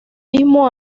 mismo